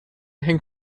hängt